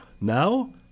now